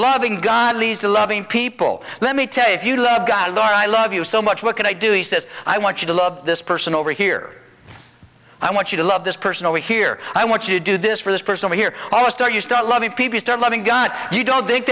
loving god leads to loving people let me tell you if you love god or i love you so much what can i do he says i want you to love this person over here i want you to love this person over here i want you to do this for this person here oh star you start loving people start loving gun you don't think